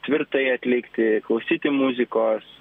tvirtai atlikti klausyti muzikos